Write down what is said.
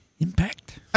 Impact